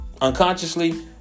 Unconsciously